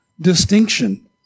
distinction